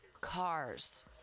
cars